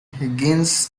higgins